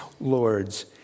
lords